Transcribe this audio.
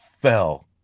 fell